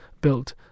built